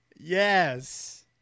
Yes